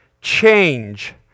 Change